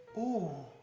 ooh.